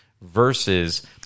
versus